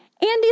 Andy